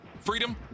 freedom